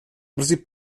brzy